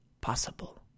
possible